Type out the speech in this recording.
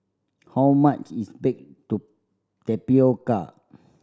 how much is baked tapioca